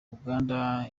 uganda